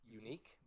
unique